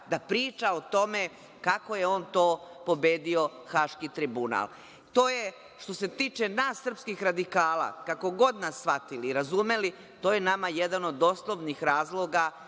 da priča o tome kako je on to pobedio Haški Tribunal. To je što se tiče nas srpskih radikala, kako god nas shvatili i razumeli to je nama jedan od osnovnih razloga